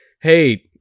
hey